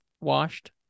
Washed